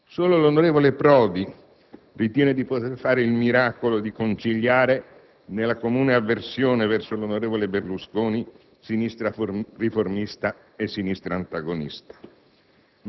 Solo l'onorevole Prodi ritiene di poter fare il miracolo di conciliare, nella comune avversione verso l'onorevole Berlusconi, sinistra riformista e sinistra antagonista.